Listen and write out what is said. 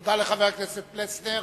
תודה לחבר הכנסת פלסנר.